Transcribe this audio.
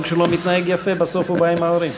תנופפי לחבר הכנסת גילאון.